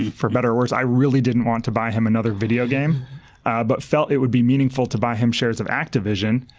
for better or worse, i really didn't wxant to buy him another video game but felt it would be meaningful to buy him shares of activision.